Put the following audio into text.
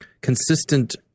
consistent